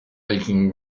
leaking